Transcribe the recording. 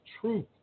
truth